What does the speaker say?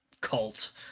cult